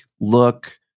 look